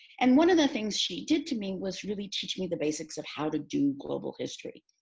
and one of the things she did to me was really teaching me the basics of how to do global history.